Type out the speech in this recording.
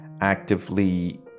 actively